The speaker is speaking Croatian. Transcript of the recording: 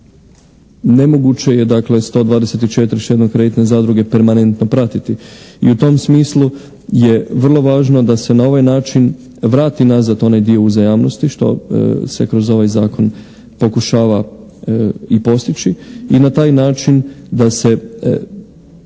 nemoguće je 124 štedno-kreditne zadruge permanentno pratiti. I u tom smislu je vrlo važno da se na ovaj način vrati nazad onaj dio uzajamnosti što se kroz ovaj zakon pokušava i postići i na taj način da se